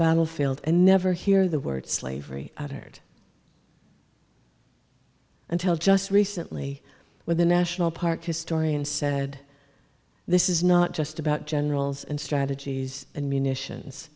battlefield and never hear the word slavery attard until just recently when the national park historian said this is not just about generals and strategies and munitions